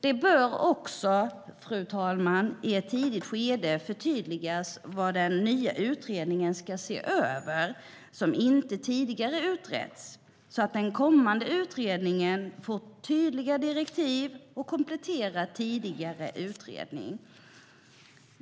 Det bör också, fru talman, i ett tidigt skede förtydligas vad den nya utredningen ska se över, som inte tidigare utretts, så att den kommande utredningen får tydliga direktiv och kompletterar tidigare utredning.